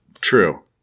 True